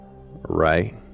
Right